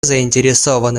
заинтересованы